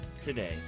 today